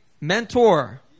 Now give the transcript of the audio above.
mentor